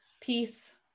Peace